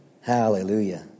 Hallelujah